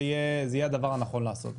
זה יהיה הדבר הנכון לעשות.